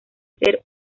ser